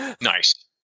Nice